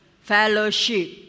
fellowship